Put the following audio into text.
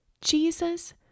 Jesus